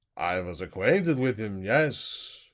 i was aguainted with him yes.